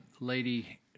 lady